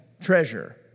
treasure